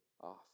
off